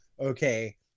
Okay